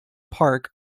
park